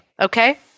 Okay